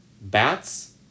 Bats